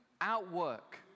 outwork